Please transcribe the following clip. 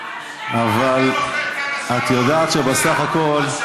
אבל את יודעת שבסך הכול אנחנו,